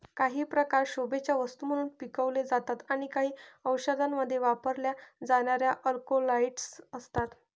काही प्रकार शोभेच्या वस्तू म्हणून पिकवले जातात आणि काही औषधांमध्ये वापरल्या जाणाऱ्या अल्कलॉइड्स असतात